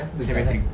saint patrick